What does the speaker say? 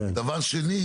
דבר שני,